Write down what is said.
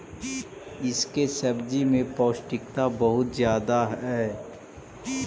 इसके सब्जी में पौष्टिकता बहुत ज्यादे हई